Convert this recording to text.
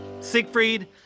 Siegfried